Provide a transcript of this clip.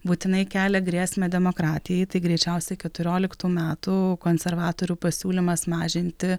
būtinai kelia grėsmę demokratijai tai greičiausiai keturioliktų metų konservatorių pasiūlymas mažinti